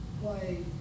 play